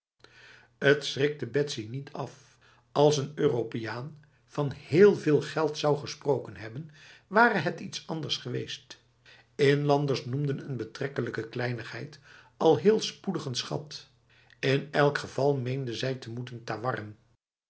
schrikte betsy niet af als een europeaan van heel veel geld zou gesproken hebben ware het iets anders geweest inlanders noemden n betrekkelijke kleinigheid al heel spoedig een schat in elk geval meende zij te moeten tawarren